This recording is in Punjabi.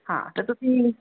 ਹਾਂ ਤੇ ਤੁਸੀਂ